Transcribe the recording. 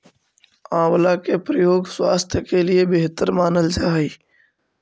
आंवला के प्रयोग स्वास्थ्य के लिए बेहतर मानल जा हइ